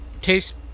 tastes